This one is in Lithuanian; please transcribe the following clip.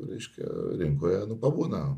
reiškia rinkoje nu pabūna